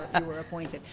and were appointed.